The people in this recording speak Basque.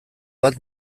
bat